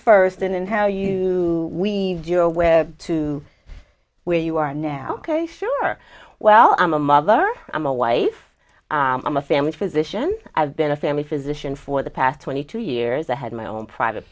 first and how you we are aware to where you are now ok sure well i'm a mother i'm a wife i'm a family physician i've been a family physician for the past twenty two years i had my own private